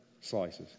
slices